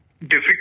difficult